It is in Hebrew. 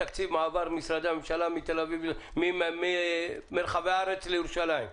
תקציב מעבר משרדי הממשלה מרחבי הארץ לירושלים?